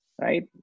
Right